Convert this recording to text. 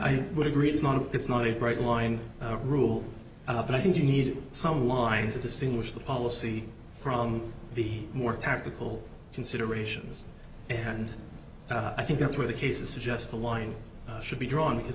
i would agree it's not it's not a bright line rule but i think you need some wind to distinguish the policy from the more tactical considerations and i think that's where the cases suggest the line should be drawn because